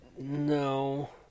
No